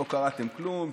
לא קראתם כלום,